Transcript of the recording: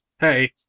hey